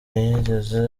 ntiyigeze